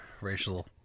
racial